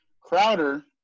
Crowder